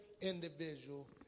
individual